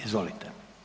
Izvolite.